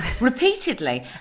repeatedly